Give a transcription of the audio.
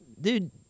Dude